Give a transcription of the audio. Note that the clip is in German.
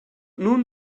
nun